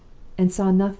and saw nothing.